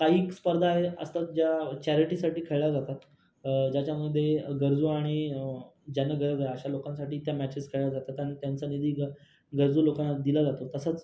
कैक स्पर्धा आहे असतात ज्या चॅरिटीसाठी खेळल्या जातात ज्याच्यामध्ये गरजू आणि ज्यांना गरज आहे अशा लोकांसाठी त्या मॅचेस खेळल्या जातात आणि त्यांचा निधी ग गरजू लोकांना दिला जातो तसाच